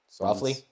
roughly